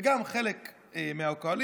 וגם חלק מהקואליציה,